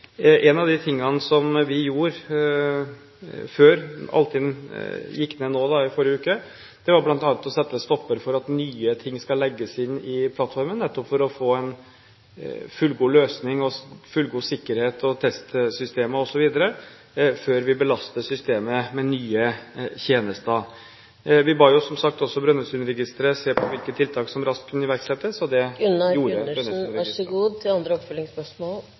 av det som vi gjorde før Altinn gikk ned nå i forrige uke, var bl.a. å sette en stopper for at nye ting skal legges inn i plattformen, nettopp for å få en fullgod løsning, fullgod sikkerhet og testsystemer osv. før vi belaster systemet med nye tjenester. Vi ba som sagt også Brønnøysundregistrene se på hvilke tiltak som raskt kunne iverksettes – og det